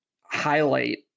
highlight